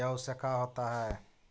जौ से का होता है?